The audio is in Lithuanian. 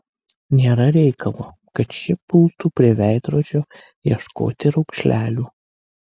nėra reikalo kad ši pultų prie veidrodžio ieškoti raukšlelių